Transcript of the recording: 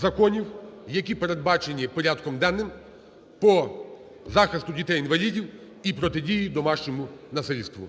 законів, які передбачені порядком денним по захисту дітей-інвалідів і протидії домашньому насильству.